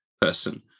person